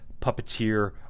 puppeteer